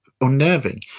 unnerving